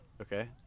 okay